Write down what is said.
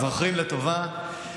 זוכרים לטובה.